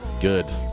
Good